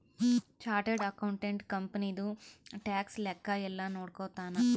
chartered accountant ಕಂಪನಿದು tax ಲೆಕ್ಕ ಯೆಲ್ಲ ನೋಡ್ಕೊತಾನ